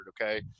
Okay